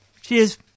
Cheers